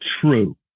true